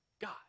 God